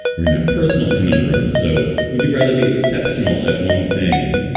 we're not personal conundrum. so would you rather be exceptional at one thing,